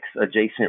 adjacent